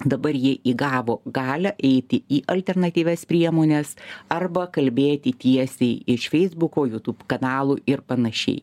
dabar jie įgavo galią eiti į alternatyvias priemones arba kalbėti tiesiai iš feisbuko jūtub kanalų ir panašiai